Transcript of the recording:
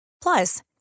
Plus